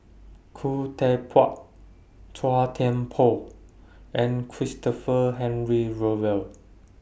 Khoo Teck Puat Chua Thian Poh and Christopher Henry Rothwell